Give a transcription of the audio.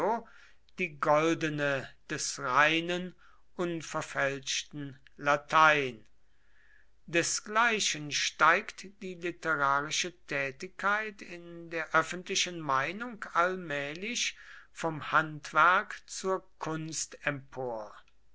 die goldene des reinen unverfälschten latein desgleichen steigt die literarische tätigkeit in der öffentlichen meinung allmählich vom handwerk zur kunst empor